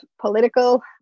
political